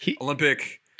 Olympic